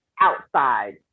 outside